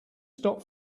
stop